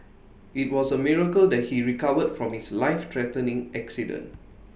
IT was A miracle that he recovered from his lifethreatening accident